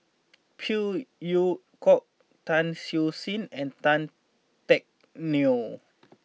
Phey Yew Kok Tan Siew Sin and Tan Teck Neo